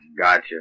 Gotcha